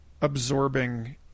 absorbing